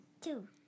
Two